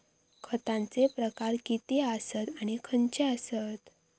खतांचे प्रकार किती आसत आणि खैचे आसत?